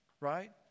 right